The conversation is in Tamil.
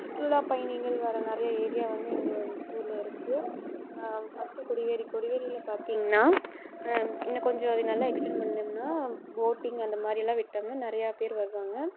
சுற்றுலா பயணிகள் வர நிறைய ஏரியா வந்து எங்கள் ஊரில் இருக்குது ஃபர்ஸ்ட் கொடிவேரி கொடிவேரியில் பார்த்திங்ன்னா இன்னும் கொஞ்சம் அது நல்லா எக்ஸ்டெண்ட் பண்ணோம்னால் போட்டிங் அந்த மாதிரி எல்லாம் விட்டோம்னால் நிறையா பேர் வருவாங்க